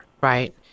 Right